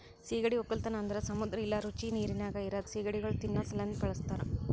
ಸೀಗಡಿ ಒಕ್ಕಲತನ ಅಂದುರ್ ಸಮುದ್ರ ಇಲ್ಲಾ ರುಚಿ ನೀರಿನಾಗ್ ಇರದ್ ಸೀಗಡಿಗೊಳ್ ತಿನ್ನಾ ಸಲೆಂದ್ ಬಳಸ್ತಾರ್